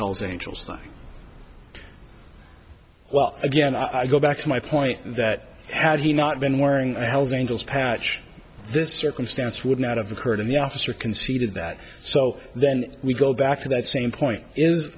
hells angels thing well again i go back to my point that had he not been wearing a held angels patch this circumstance would not have occurred and the officer conceded that so then we go back to that same point is